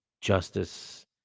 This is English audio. justice